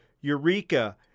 Eureka